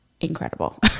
incredible